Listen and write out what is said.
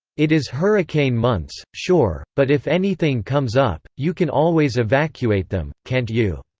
it is hurricane months, sure, but if anything comes up, you can always evacuate them, can't you.